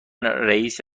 رئیس